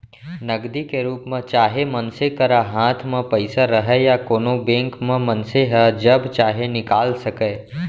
नगदी के रूप म चाहे मनसे करा हाथ म पइसा रहय या कोनों बेंक म मनसे ह जब चाहे निकाल सकय